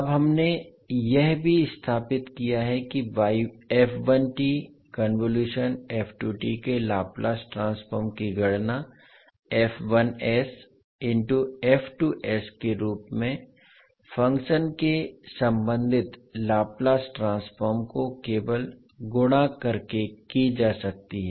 अब हमने यह भी स्थापित किया कि के लाप्लास ट्रांसफॉर्म की गणना के रूप में फंक्शन के संबंधित लाप्लास ट्रांसफॉर्म को केवल गुणा करके की जा सकती है